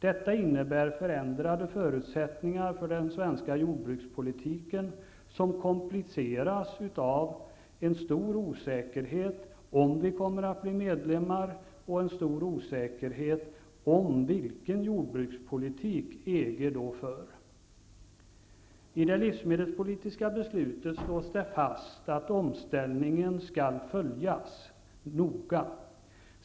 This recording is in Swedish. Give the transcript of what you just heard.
Detta innebär förändrade förutsättningar för den svenska jordbrukspolitiken, som kompliceras av en stor osäkerhet om vi kommer att bli medlemmar och en stor osäkerhet om vilken jordbrukspolitik EG då för. I det livsmedelspolitiska beslutet slås det fast att omställningen noga skall följas.